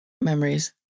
memories